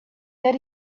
that